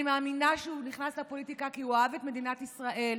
אני מאמינה שהוא נכנס לפוליטיקה כי הוא אהב את מדינת ישראל.